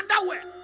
underwear